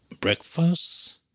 breakfast